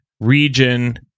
region